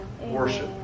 worship